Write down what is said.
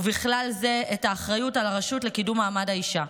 ובכלל זה את האחריות לרשות לקידום מעמד האישה,